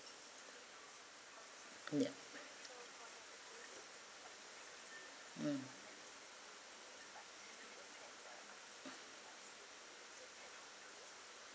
yup mm